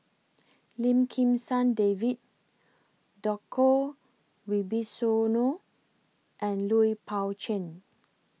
Lim Kim San David Djoko Wibisono and Lui Pao Chuen